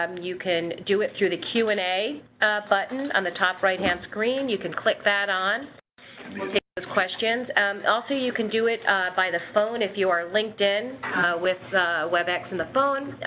um you can do it through the q and a button on the top right-hand screen. you can click that on those questions and also you can do it by the phone if you are linked in with webex on and the phone.